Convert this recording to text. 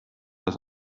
das